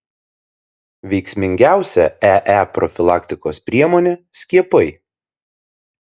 veiksmingiausia ee profilaktikos priemonė skiepai